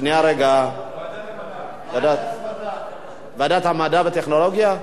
לוועדת המדע והטכנולוגיה נתקבלה.